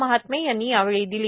महात्मे यांनी यावेळी दिली